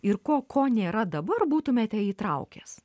ir ko ko nėra dabar būtumėte įtraukęs